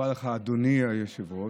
לך, אדוני היושב-ראש.